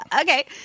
okay